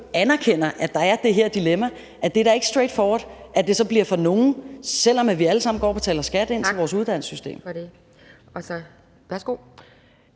anerkender, at der er det her dilemma. Det er da ikke straight forward, at det så bliver for nogle, selv om vi alle sammen går og betaler skat ind til vores uddannelsessystem. Kl. 13:48